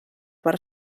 per